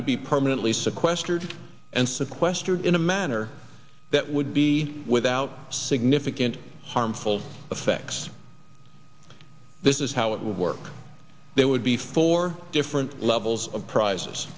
to be permanently sequestered and sequestered in a manner that would be without significant harmful effects this is how it would work there would be four different levels of prices